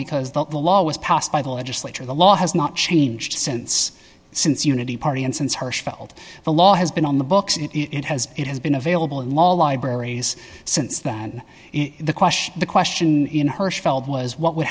because the law was passed by the legislature the law has not changed since since unity party and since hirschfeld the law has been on the books and it has it has been available in law libraries since than the question the question in hirschfeld was what would